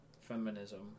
feminism